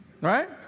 right